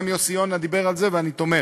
גם יוסי יונה דיבר על זה, ואני תומך.